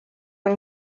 yng